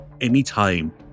Anytime